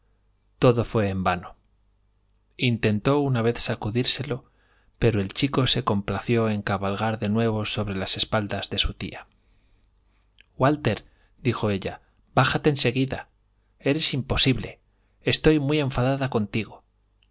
todo fué en vano intentó una vez sacudírselo pero el chico se complació en cabalgar de nuevo sobre las espaldas de su tía walterdijo ella bájate en seguida f eres imposible estoy muy enfadada contigo